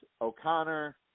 O'Connor